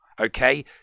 okay